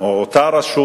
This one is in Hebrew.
ועוד תהליך,